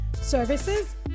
services